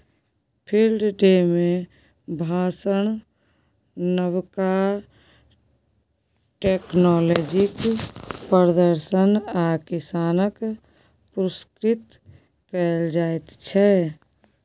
field day मे भाषण, नबका टेक्नोलॉजीक प्रदर्शन आ किसान केँ पुरस्कृत कएल जाइत छै